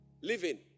Living